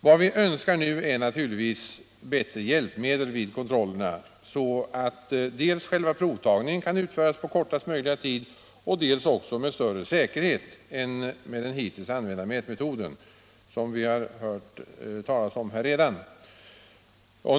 Vad vi önskar nu är naturligtvis bättre hjälpmedel vid kontrollerna, så att provtagningen kan utföras dels på kortast möjliga tid, dels med större säkerhet än med den hittills använda mätmetoden, som vi redan har hört talas om här.